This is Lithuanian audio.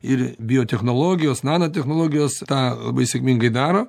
ir biotechnologijos nanotechnologijos tą labai sėkmingai daro